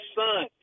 son